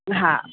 हा